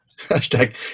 Hashtag